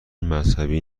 مذهبی